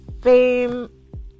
Fame